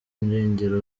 irengero